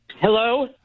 Hello